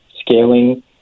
scaling